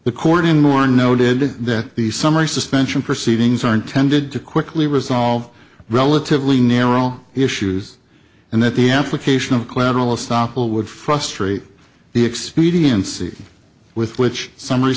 the court in more noted that the summary suspension proceedings are intended to quickly resolve relatively narrow issues and that the application of collateral estoppel would frustrate the expediency with which summary